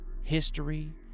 history